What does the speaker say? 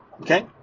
okay